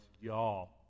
Y'all